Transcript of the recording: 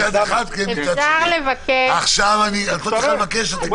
סדר הדיון: נתחיל עם חברי הכנסת שהגישו.